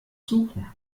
suchen